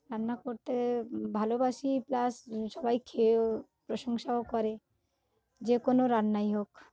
রান্না করতে ভালোবাসি প্লাস সবাই খেয়েও প্রশংসাও করে যে কোনো রান্নাই হোক